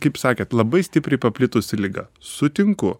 kaip sakėt labai stipriai paplitusi liga sutinku